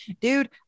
dude